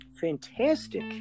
fantastic